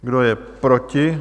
Kdo je proti?